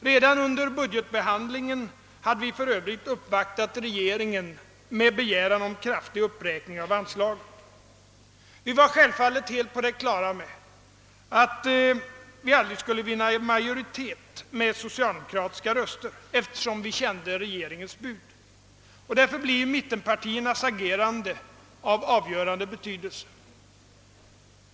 Redan under budgetbehandlingen hade vi för övrigt uppvaktat regeringen med begäran om en kraftig uppräkning av anslaget. Vi var självfallet helt på det klara med att vi aldrig skulle vinna majoritet med socialdemokratiska rös ter, eftersom vi kände regeringens bud. Därför blir mittenpartiernas agerande av avgörande betydelse.